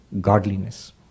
godliness